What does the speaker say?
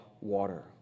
water